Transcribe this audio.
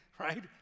right